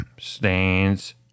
stains